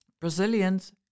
Brazilians